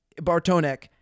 Bartonek